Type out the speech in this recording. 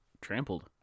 trampled